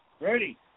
Ready